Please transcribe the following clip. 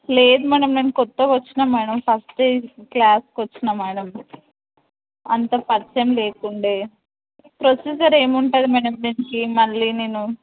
లేదు మ్యాడమ్ నేను కొత్తగా వచ్చిన మ్యాడమ్ ఫస్ట్ డే క్లాస్కు వచ్చిన మ్యాడమ్ అంత పరిచయం లేకుండే ప్రొసీజర్ ఏమి ఉంటుంది మ్యాడమ్ దీనికి మళ్ళీ నేను